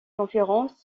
conférences